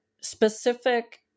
specific